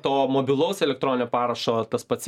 to mobilaus elektroninio parašo tas pats